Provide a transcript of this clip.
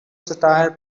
satire